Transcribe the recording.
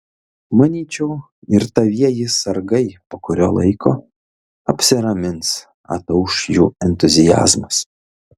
manyčiau ir tavieji sargai po kurio laiko apsiramins atauš jų entuziazmas